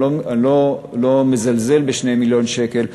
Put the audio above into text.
אני לא מזלזל ב-2 מיליון שקל,